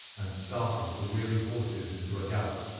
and startled the weary horses into a gallop.